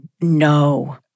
no